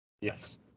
Yes